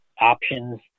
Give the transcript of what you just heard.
options